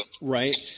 Right